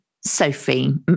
Sophie